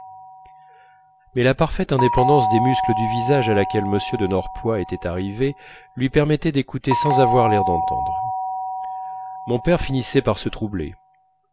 mais la parfaite indépendance des muscles du visage à laquelle m de norpois était arrivé lui permettait d'écouter sans avoir l'air d'entendre mon père finissait par se troubler